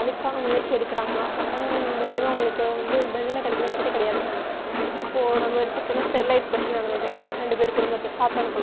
அதுக்கான முயற்சி எடுக்கறாங்களா சட்டம் மூலயுமா அவங்களுக்கு வந்து தண்டனை கிடைக்கிதான்னு கேட்டால் கிடையாது இப்போது நம்ம எடுத்துக்கிட்டோன்னால் ஸ்டெர்லைட் பிரச்சனை நடந்துதே ரெண்டு பேர் குடும்பத்தை சாத்தான்குளம்